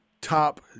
top